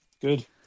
Good